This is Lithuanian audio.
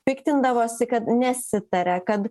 piktindavosi kad nesitaria kad